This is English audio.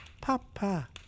Papa